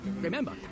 Remember